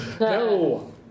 No